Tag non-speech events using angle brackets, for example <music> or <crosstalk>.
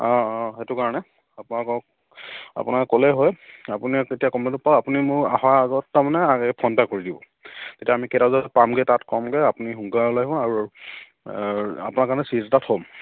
অঁ অঁ সেইটো কাৰণে আপোনোকক আপোনাক ক'লেই হয় আপুনি তেতিয়া <unintelligible> আপুনি মোৰ অহাৰ আগত তাৰমানে <unintelligible> কৰি দিব তেতিয়া আমি কেইটাবজাত পামগে তাত কমগে আপুনি সোনকালে ওলাই আহিব আৰু আপোনাৰ কাৰণে ছীট এটা থ'ম